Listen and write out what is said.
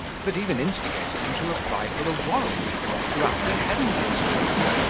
but even instigated him to apply for a warrant to apprehend his daughter,